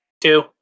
Two